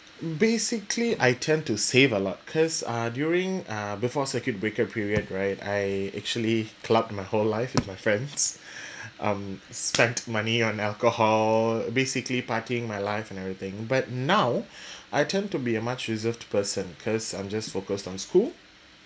basically I tend to save a lot because uh during uh before circuit breaker period right I actually clubbed my whole life with my friends um spent money on alcohol basically partying my life and everything but now I tend to be a much reserved person because I'm just focused on school